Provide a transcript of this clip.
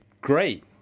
great